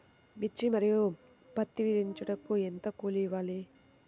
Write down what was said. మిర్చి మరియు పత్తి దించుటకు ఎంత కూలి ఇవ్వాలి?